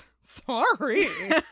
Sorry